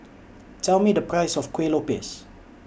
Tell Me The Price of Kueh Lopes